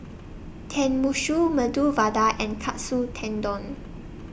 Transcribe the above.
Tenmusu Medu Vada and Katsu Tendon